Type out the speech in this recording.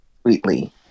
sweetly